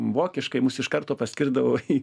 vokiškai mus iš karto paskirdavo į